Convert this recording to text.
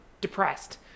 depressed